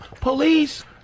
Police